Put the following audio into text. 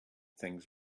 things